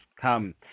come